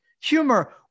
humor